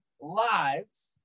lives